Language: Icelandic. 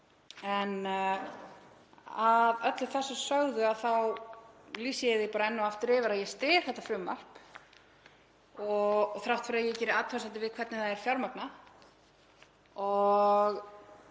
En að öllu þessu sögðu þá lýsi ég því enn og aftur yfir að ég styð þetta frumvarp þrátt fyrir að ég geri athugasemdir við hvernig það er fjármagnað.